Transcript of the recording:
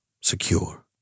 secure